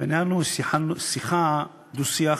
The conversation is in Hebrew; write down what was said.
וניהלנו שיחה, דו-שיח,